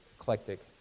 eclectic